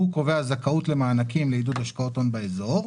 הוא קובע זכאות למענקים לעידוד השקעות הון באזור,